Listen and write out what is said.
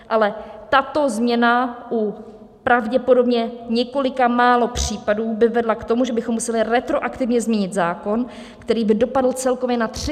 Ale tato změna u pravděpodobně několika málo případů by vedla k tomu, že bychom museli retroaktivně změnit zákon, který by dopadl celkově na 327 000 firem.